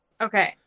Okay